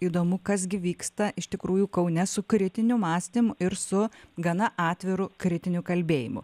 įdomu kas gi vyksta iš tikrųjų kaune su kritiniu mąstymu ir su gana atviru kritiniu kalbėjimu